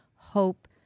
Hope